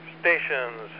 Stations